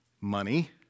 money